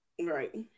right